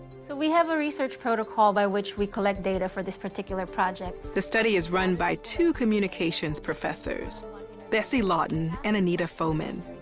so we have a research protocol by which we collect data for this particular project. narrator the study is run by two communications professors bessie lawton and anita foeman.